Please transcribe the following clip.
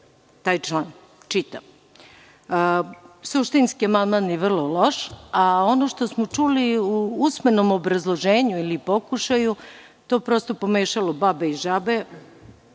– briše se. Suštinski amandman je vrlo loš, a ono što smo čuli u usmenom obrazloženju ili pokušaju, to je prosto pomešalo babe i žabe.